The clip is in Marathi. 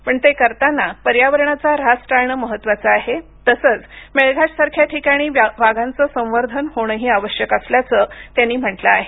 पण ते करताना पर्यावरणाचा ऱ्हास टाळण महत्वाचं आहे तसंच मेळघाटसारख्या ठिकाणी वाघांचं संवर्धन होणही आवश्यक असल्याचं त्यांनी म्हटलं आहे